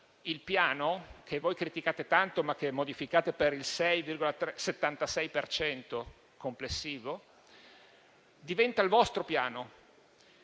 il Piano che voi criticate tanto, ma che modificate per il 6,76 per cento complessivo, diventa il vostro Piano.